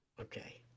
Okay